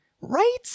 right